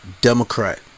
Democrat